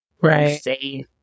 Right